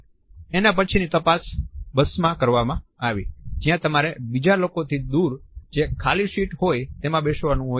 એના પછીની તપાસ બસમાં કરવામાં આવી જ્યાં તમારે બીજા લોકોથી દુર જે ખાલી સીટ હોય તેમાં બેસવાનુ હોય છે